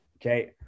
okay